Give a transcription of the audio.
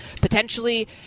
potentially